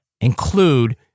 include